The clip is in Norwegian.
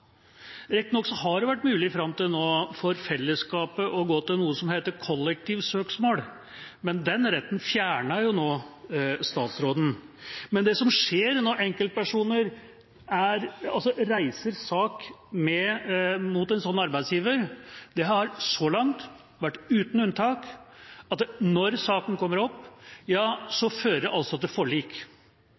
har det vært mulig fram til nå for fellesskapet å gå til noe som heter kollektivt søksmål, men den retten fjerner jo nå statsråden. Det som skjer når enkeltpersoner reiser sak mot en sånn arbeidsgiver, har så langt vært – uten unntak – at når saken kommer opp, fører det til forlik.